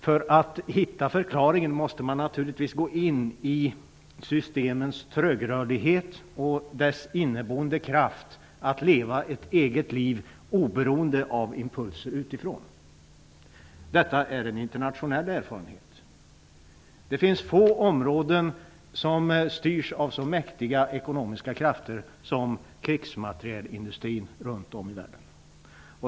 För att hitta förklaringen måste man se till systemens trögrörlighet och deras inneboende kraft att leva ett eget liv oberoende av impulser utifrån. Detta är en internationell erfarenhet. Det finns få områden som styrs av så mäktiga ekonomiska krafter som krigsmaterielindustrin runt om i världen.